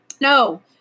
No